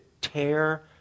tear